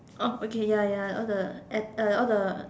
oh okay ya ya all the and all the